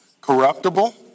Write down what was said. corruptible